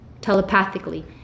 telepathically